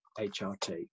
HRT